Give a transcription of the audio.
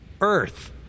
Earth